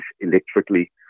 electrically